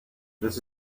this